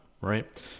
right